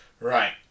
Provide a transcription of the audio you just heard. right